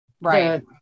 right